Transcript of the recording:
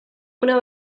una